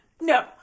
No